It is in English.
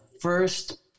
first